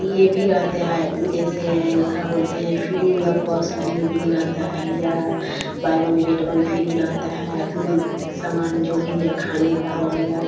यह भी रहता है जैसे क्या बोलते हैं फ़्री ऑफ़ कॉस्ट डिलिवरी रहता है या buy one get one free रहता है आदमी यह सामान जो भी है खाने का हो गया